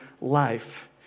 life